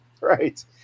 Right